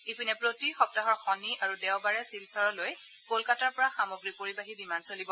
ইপিনে প্ৰতি সপ্তাহৰ শনি আৰু দেওবাৰে শিলচৰলৈ ক'লকতাৰ পৰা সামগ্ৰী পৰিবাহী বিমান চলিব